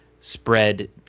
spread